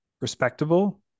respectable